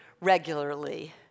regularly